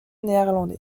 néerlandais